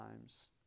times